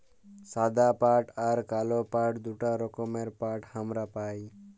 সাদা পাট আর কাল পাট দুটা রকমের পাট হামরা পাই